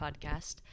podcast